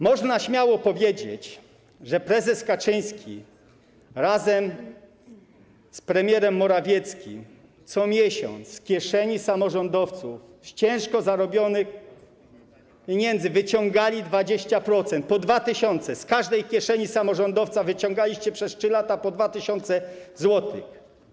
Można śmiało powiedzieć, że prezes Kaczyński z premierem Morawieckim co miesiąc z kieszeni samorządowców, z ciężko zarobionych pieniędzy wyciągali 20% - po 2 tys., z każdej kieszeni samorządowca wyciągaliście przez 3 lata po 2 tys. zł.